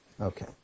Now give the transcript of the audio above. Okay